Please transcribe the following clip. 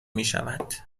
میشود